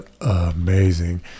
amazing